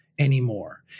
anymore